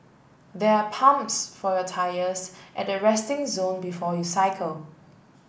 there are pumps for your tyres at the resting zone before you cycle